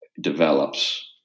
develops